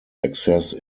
access